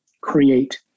create